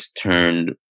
turned